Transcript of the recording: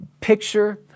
picture